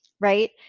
right